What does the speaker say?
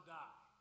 die